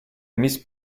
miss